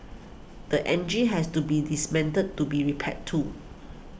the engine has to be dismantled to be repaired too